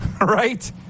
Right